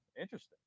interesting